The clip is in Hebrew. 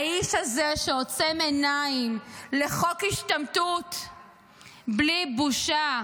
האיש הזה עוצם עיניים לחוק השתמטות בלי בושה,